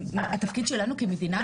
התפקיד שלנו כמדינה?